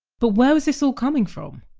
but where was this all coming from?